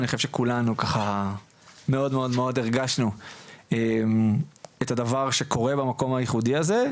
אני חושב שכולנו ככה מאוד מאוד הרגשנו את הדבר שקורה במקום ייחודי הזה,